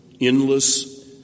endless